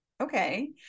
Okay